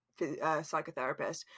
psychotherapist